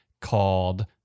called